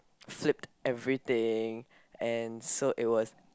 flip everything and so it was